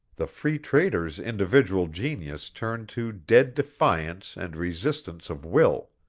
the free-trader's individual genius turned to dead defiance and resistance of will.